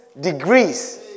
degrees